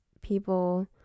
people